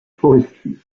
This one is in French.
forestiers